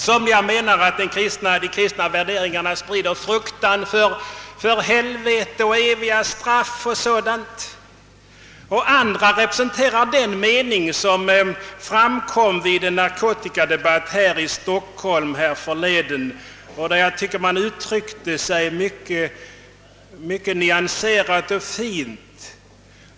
Somliga menar att de kristna värderingarna sprider fruktan för helvete och eviga straff, medan andra representerar den mening som framkom vid en narkotikadebatt i Stockholm härförleden. Där tycker jag att man uttryckte sig mycket nyanserat och fint.